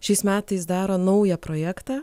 šiais metais daro naują projektą